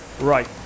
Right